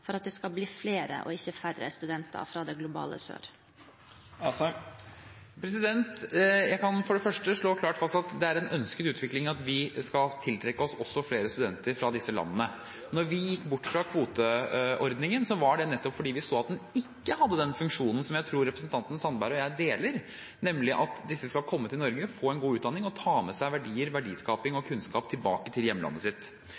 for at det skal bli flere og ikke færre studenter fra det globale sør? Jeg kan for det første slå klart fast at det er en ønsket utvikling at vi skal tiltrekke oss også flere studenter fra disse landene. Når vi gikk bort fra kvoteordningen, var det nettopp fordi vi så at den ikke hadde den funksjonen som jeg tror representanten Sandberg og jeg ønsker, nemlig at disse skal komme til Norge, få en god utdanning og ta med seg verdier, verdiskaping og kunnskap tilbake til hjemlandet sitt.